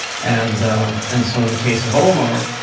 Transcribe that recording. and and so in the case of omar,